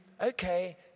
okay